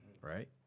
Right